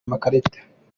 amakarita